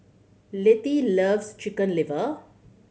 Letty loves Chicken Liver